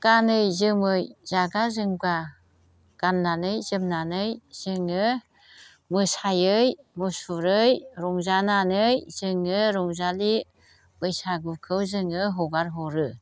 गानै जोमै जागा जोमगा गाननानै जोमनानै जोङो मोसायै मुसुरै रंजानानै जोङो रंजालि बैसागुखौ जोङो हगार हरो